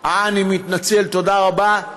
אני מתנצל, תודה רבה.